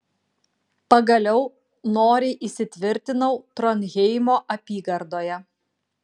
pagaliau noriai įsitvirtinau tronheimo apygardoje